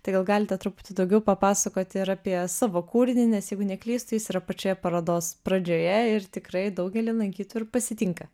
tai gal galite truputį daugiau papasakoti ir apie savo kūrinį nes jeigu neklystu jis yra pačioje parodos pradžioje ir tikrai daugelį lankytojų ir pasitinka